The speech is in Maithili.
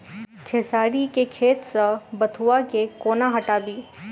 खेसारी केँ खेत सऽ बथुआ केँ कोना हटाबी